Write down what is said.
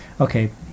okay